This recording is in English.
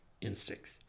instincts